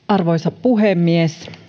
arvoisa puhemies